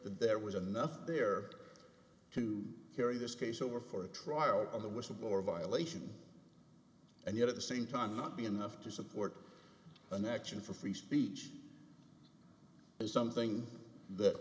there was enough there to carry this case over for a trial of the whistleblower violation and yet at the same time not be enough to support an action for free speech is something that